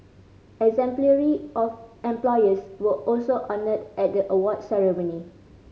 exemplary of employers were also honoured at the award ceremony